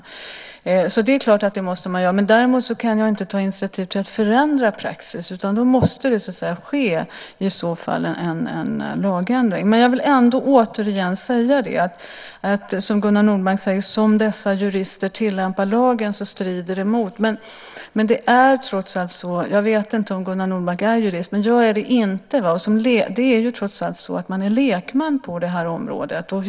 Det är alltså klart att vi måste göra det. Däremot kan jag inte ta initiativ till att förändra praxis. Det måste i så fall ske en lagändring. När Gunnar Nordmark säger att som dessa jurister tillämpar lagen strider det mot dess anda vill jag ändå återigen påpeka att det trots allt är så att man är lekman på det här området. Jag vet inte om Gunnar Nordmark är jurist men jag är det inte.